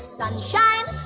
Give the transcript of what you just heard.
sunshine